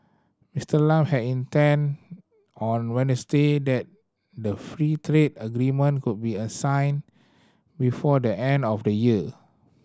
Mister Lam had hinted on Wednesday that the free trade agreement could be assigned before the end of the year